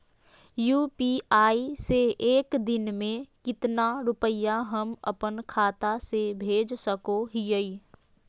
UPI से एक दिन में कितना रुपैया हम अपन खाता से भेज सको हियय?